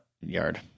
yard